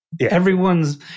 Everyone's –